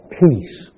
peace